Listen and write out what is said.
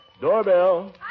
Doorbell